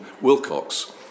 Wilcox